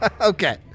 Okay